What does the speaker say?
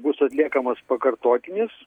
bus atliekamas pakartotinis